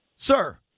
Sir